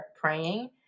praying